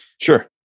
Sure